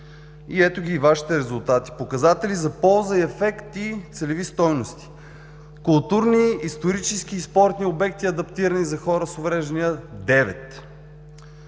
И ето ги Вашите резултати: показатели за полза и ефекти, целеви стойности, културни, исторически и спортни обекти, адаптирани за хора с увреждания –